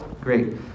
Great